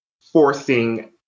forcing